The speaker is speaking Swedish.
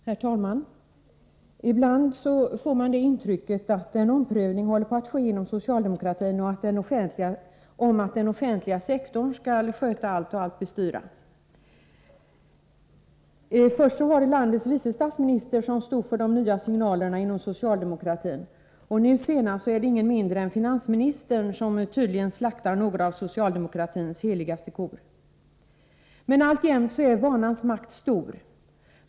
Herr talman! Ibland får man intrycket att en omprövning håller på att ske inom socialdemokratin i fråga om uppfattningen att den offentliga sektorn skall sköta allt och allt bestyra. Först var det landets vice statsminister som stod för de nya signalerna inom socialdemokratin. Nu senast är det ingen mindre än finansministern som tydligen slaktar några av socialdemokratins heligaste kor. Men vanans makt är alltjämt stor.